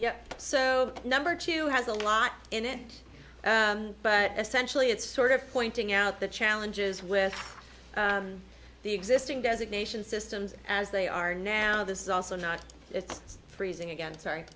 yeah so number two has a lot in it but essentially it's sort of pointing out the challenges with the existing designation systems as they are now this is also not it's freezing again